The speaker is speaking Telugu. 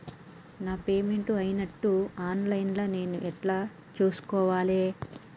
నా పేమెంట్ అయినట్టు ఆన్ లైన్ లా నేను ఎట్ల చూస్కోవాలే?